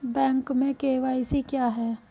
Bank में KYC क्या है?